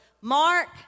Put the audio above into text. Mark